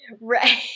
Right